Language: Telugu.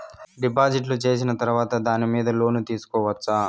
డిపాజిట్లు సేసిన తర్వాత దాని మీద లోను తీసుకోవచ్చా?